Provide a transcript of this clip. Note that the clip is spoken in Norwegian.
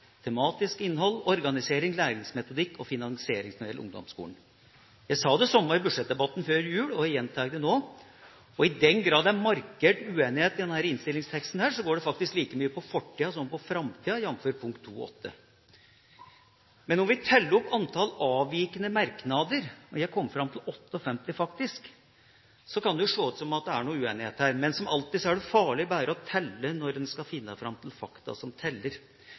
tematisk innhold, organisering, læringsmetodikk og finansiering når det gjelder ungdomsskolen. Jeg sa det samme i budsjettdebatten før jul, og jeg gjentar det nå. Og i den grad det er markert uenighet i denne innstillingsteksten, går det faktisk like mye på fortida som på framtida, jf. punkt 2.8. Om vi teller opp antall avvikende merknader – og jeg kom faktisk fram til 58 – kan det jo se ut som om det er noe uenighet her. Men som alltid er det farlig bare å telle når en skal finne fram til fakta som teller.